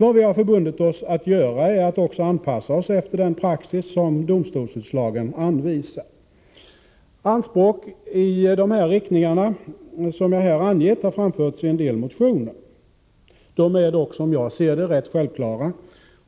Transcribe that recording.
Vad vi förbundit oss att göra är att också anpassa oss efter den praxis som domstolsutslagen anvisar. Anspråk i sådan riktning som jag här angett har framförts i en del motioner. De är dock rätt självklara